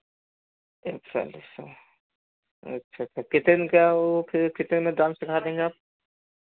अच्छा अच्छा अच्छा अच्छा कितने दिन क्या वो फिर कितने दिन में डांस सिखा देंगे आप